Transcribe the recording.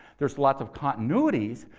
there's lot of continuities,